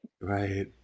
Right